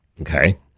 Okay